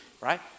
right